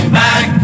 back